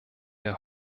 der